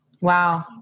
Wow